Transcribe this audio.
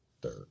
Third